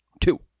Two